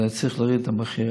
וצריך להוריד את המחיר.